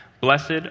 Blessed